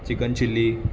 chicken chilly